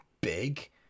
big